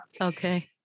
Okay